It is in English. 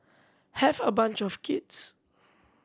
have a bunch of kids